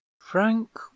Frank